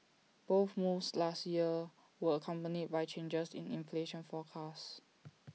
both moves last year were accompanied by changes in inflation forecast